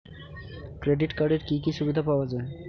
Credit কার্ডের কি কি সুবিধা পাওয়া যায়?